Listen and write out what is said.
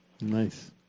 Nice